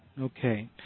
Okay